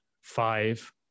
five